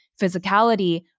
physicality